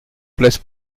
place